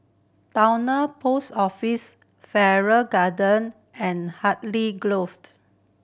Towner Post Office Farrer Garden and Hartley Grove